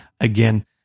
again